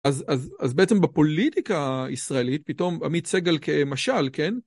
אז אז אז בעצם בפוליטיקה הישראלית פתאום עמית סגל כמשל כן.